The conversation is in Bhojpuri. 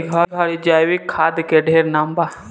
ए घड़ी जैविक खाद के ढेरे नाम बा